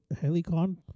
Helicon